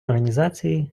організації